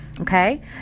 okay